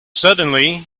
suddenly